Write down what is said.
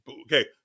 okay